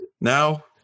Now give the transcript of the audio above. Now